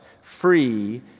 free